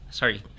sorry